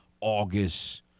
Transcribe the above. August